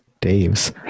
Dave's